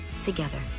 together